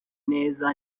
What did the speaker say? neza